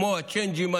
כמו הצ'יינג'ים,